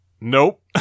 nope